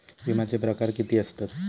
विमाचे प्रकार किती असतत?